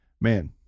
man